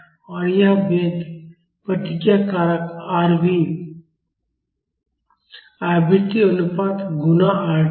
और यह वेग प्रतिक्रिया कारक Rv आवृत्ति अनुपात गुणा Rd है